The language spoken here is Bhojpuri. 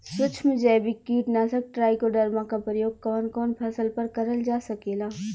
सुक्ष्म जैविक कीट नाशक ट्राइकोडर्मा क प्रयोग कवन कवन फसल पर करल जा सकेला?